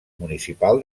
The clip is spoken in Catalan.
municipal